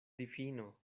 difino